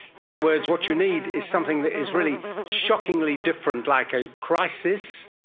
in other words, what you need is something that is really shockingly different, like a crisis,